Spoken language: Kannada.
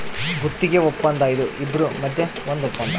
ಗುತ್ತಿಗೆ ವಪ್ಪಂದ ಇದು ಇಬ್ರು ಮದ್ಯ ಒಂದ್ ವಪ್ಪಂದ